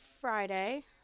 Friday